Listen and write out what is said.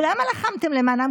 ולמה לחמתם למענם?